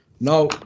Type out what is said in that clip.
Now